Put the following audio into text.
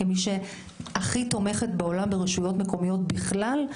כמי שהכי תומכת בעולם ברשויות מקומיות בכלל,